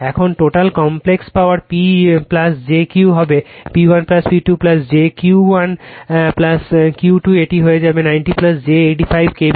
এখন total complex power P J Q হবে P1 P2 j Q 1 Q 2 এটি হয়ে যাবে 90 j 85 K VA